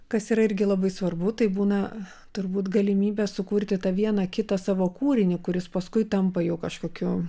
kas yra irgi labai svarbu tai būna turbūt galimybė sukurti tą vieną kitą savo kūrinį kuris paskui tampa jau kažkokiu